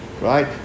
right